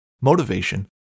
motivation